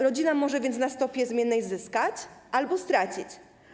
Rodzina może więc na stopie zmiennej zyskać albo stracić.